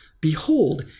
Behold